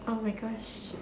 oh my gosh